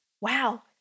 wow